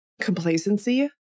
complacency